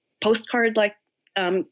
postcard-like